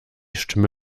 stimme